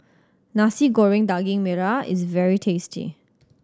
Nasi Goreng Daging Merah is very tasty